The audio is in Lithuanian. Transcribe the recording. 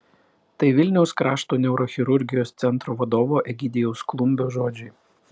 tai vilniaus krašto neurochirurgijos centro vadovo egidijaus klumbio žodžiai